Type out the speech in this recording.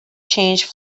change